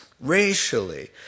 racially